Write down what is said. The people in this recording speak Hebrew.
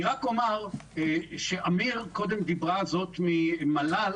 קודם דיברה הנציגה ממל"ל